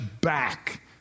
back